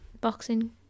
boxing